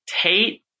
Tate